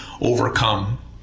overcome